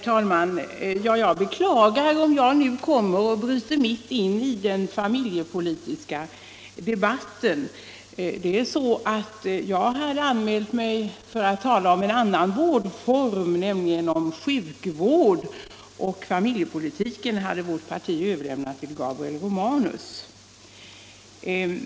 Herr talman! Jag beklagar om jag nu bryter av mitt i den familjepolitiska debatten. Jag hade anmält mig för att tala om en annan vårdform, nämligen om sjukvård. Familjepolitiken hade vårt parti överlämnat till Gabriel Romanus.